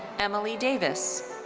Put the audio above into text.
emily davis.